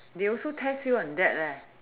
they also test you on that leh